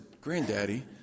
Granddaddy